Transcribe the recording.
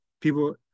people